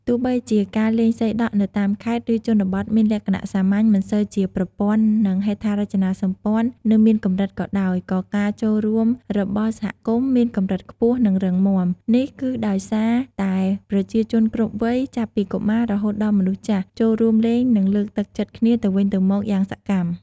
ទោះបីជាការលេងសីដក់នៅតាមខេត្ត ឬជនបទមានលក្ខណៈសាមញ្ញ មិនសូវជាប្រព័ន្ធ និងហេដ្ឋារចនាសម្ព័ន្ធនៅមានកម្រិតក៏ដោយ ក៏ការចូលរួមរបស់សហគមន៍មានកម្រិតខ្ពស់ និងរឹងមាំ។ នេះគឺដោយសារតែប្រជាជនគ្រប់វ័យ ចាប់ពីកុមារ រហូតដល់មនុស្សចាស់ ចូលរួមលេងនិងលើកទឹកចិត្តគ្នាទៅវិញទៅមកយ៉ាងសកម្ម។